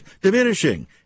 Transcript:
diminishing